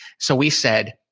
so we said,